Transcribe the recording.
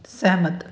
ਸਹਿਮਤ